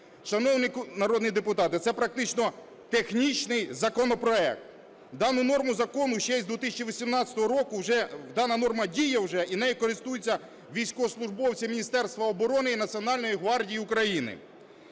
Шановні народні депутати! Це практично технічний законопроект. Дана норма закону вже діє з 2018 року. І нею користуються військовослужбовці Міністерства оборони і Національної гвардії України.